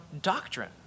doctrine